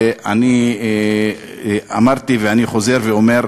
ואני אמרתי ואני חוזר ואומר,